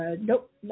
nope